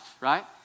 right